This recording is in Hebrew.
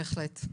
בהחלט.